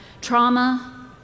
trauma